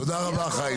תודה רבה, חיים.